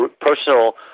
personal